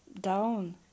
down